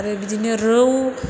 आरो बिदिनो रौ